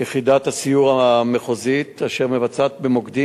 יחידת הסיור המחוזית אשר מבצעת במוקדים